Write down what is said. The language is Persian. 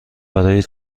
برای